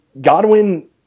Godwin